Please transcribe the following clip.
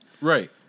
Right